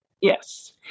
Yes